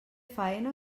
faena